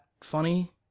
funny